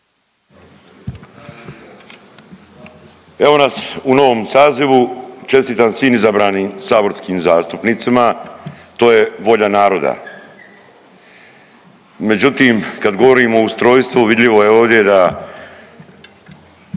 Evo nas u novom sazivu, čestitam svim izabranim saborskim zastupnicima. To je volja naroda. Međutim, kad govorimo o ustrojstvu vidljivo je ovdje da